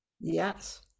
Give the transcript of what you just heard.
Yes